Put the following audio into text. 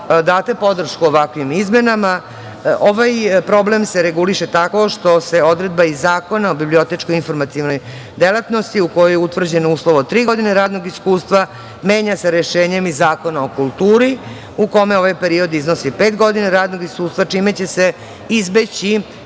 date podršku ovakvim izmenama, ovaj problem se reguliše tako što se odredba iz Zakona o bibliotečko-informacionoj delatnosti, u kojoj je utvrđen uslov od tri godine radnog iskustva, menja se rešenjem iz Zakona o kulturi u kome ovaj period iznosi pet godina radnog iskustva, čime će se izbeći